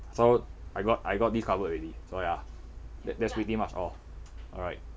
so I got I got this covered already so ya that that's pretty much all alright